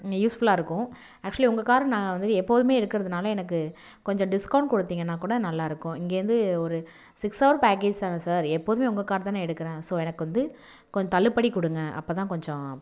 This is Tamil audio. இங்கே யூஸ்ஃபுல்லாக இருக்கும் ஆக்சுவலி உங்கள் காரு நான் வந்துட்டு எப்போதும் எடுக்கிறதுனால எனக்கு கொஞ்சம் டிஸ்கவுண்ட் கொடுத்திங்கன்னா கூட நல்லா இருக்கும் இங்கே இருந்து ஒரு சிக்ஸ் ஹவர் பேக்கேஜ் தான் சார் எப்போதும் உங்கள் காரு தான் எடுக்கிறேன் ஸோ எனக்கு வந்து கொஞ்சம் தள்ளுபடி கொடுங்க அப்போ தான் கொஞ்சம்